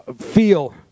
feel